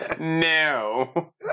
No